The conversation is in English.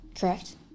correct